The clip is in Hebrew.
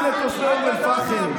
גם לתושבי אום אל-פחם.